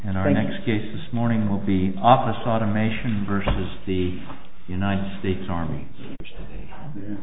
and our next case this morning will be office automation versus the united states army